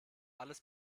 alles